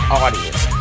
audience